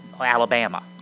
Alabama